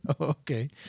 Okay